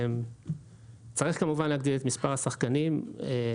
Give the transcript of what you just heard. צריך להגדיל את מספר השחקנים, כמובן.